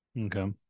Okay